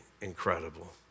incredible